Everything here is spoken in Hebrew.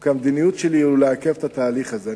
או כי המדיניות שלי היא לעכב את התהליך הזה.